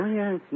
yes